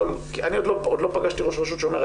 אני עוד לא פגשתי ראש רשות שאומר,